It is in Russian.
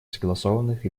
согласованных